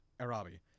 arabi